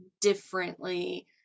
differently